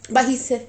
but he said